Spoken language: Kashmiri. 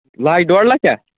لَچھ ڈۄڑ لَچھَ